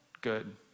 good